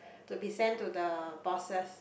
to be send to the bosses